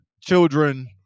children